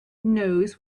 knows